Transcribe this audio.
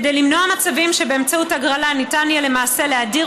כדי למנוע מצבים שבאמצעות הגרלה ניתן יהיה למעשה להדיר